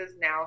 now